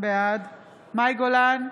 בעד מאי גולן,